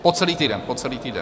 Po celý týden, po celý týden.